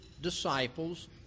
disciples